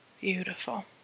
Beautiful